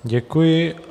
Děkuji.